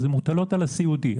מוטלות על הסיעודי.